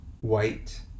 white